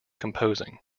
composing